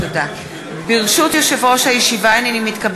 בוז'י, אתה יכול